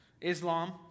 Islam